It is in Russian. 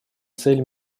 цель